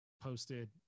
posted